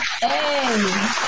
Hey